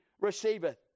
receiveth